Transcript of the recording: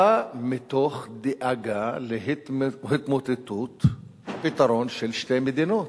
בא מתוך דאגה מהתמוטטות הפתרון של שתי מדינות,